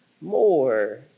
more